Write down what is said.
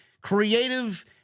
creative